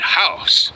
house